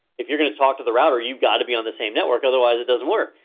if you're gonna talk to the router, you've gotta be on the same network, otherwise it doesn't work.